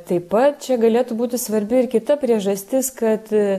taip pat čia galėtų būti svarbi ir kita priežastis kad